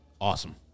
Awesome